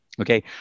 okay